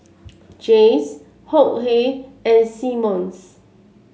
Jays Hok Hey and Simmons